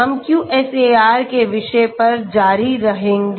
हम QSAR के विषय पर जारी रहेंगे